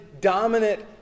dominant